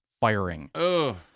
firing